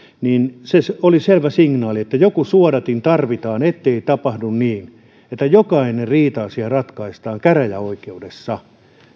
puolelta se oli selvä signaali että joku suodatin tarvitaan ettei tapahdu niin että jokainen riita asia ratkaistaan käräjäoikeudessa